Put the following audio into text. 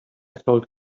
sold